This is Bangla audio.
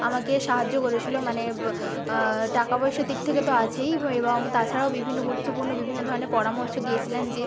আমাকে সাহায্য করেছিল মানে টাকাপয়সার দিক থেকে তো আছেই এবং তাছাড়াও বিভিন্ন গুরুত্বপূর্ণ বিভিন্ন ধরনের পরামর্শ দিয়েছিলেন যে